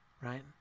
right